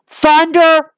Thunder